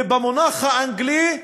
ובמונח האנגלי,